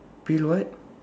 pill what